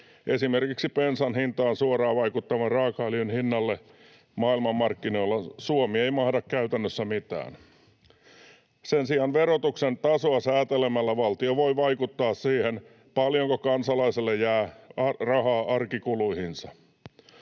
Esimerkiksi bensan hintaan suoraan vaikuttavan raakaöljyn hinnalle maailmanmarkkinoilla Suomi ei mahda käytännössä mitään. Sen sijaan verotuksen tasoa säätelemällä valtio voi vaikuttaa siihen, paljonko kansalaiselle jää rahaa arkikuluihinsa.